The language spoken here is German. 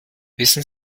wissen